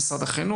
מול משרד החינוך.